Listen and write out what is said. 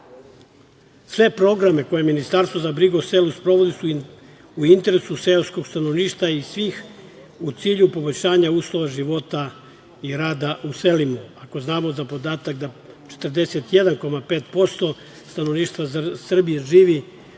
programe koje Ministarstvo za brigu o selu sprovodi su u interesu seoskog stanovništva i svih u cilju poboljšanja uslova života i rada u selima. Ako znamo za podatak da 41,5% stanovništva Srbije živi